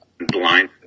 Blind